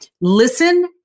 listen